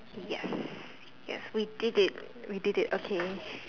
yes yes we did it we did it okay